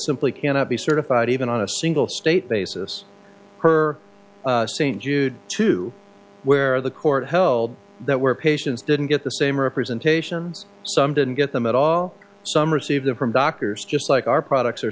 simply cannot be certified even on a single state basis her st jude two where the court held that where patients didn't get the same representation and some didn't get them at all some receive the doctors just like our products